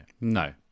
no